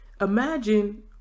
Imagine